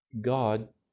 God